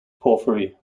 porphyry